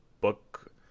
book